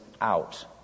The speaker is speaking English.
out